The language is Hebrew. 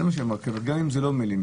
עובר מיד, גם אם זה לא מיילים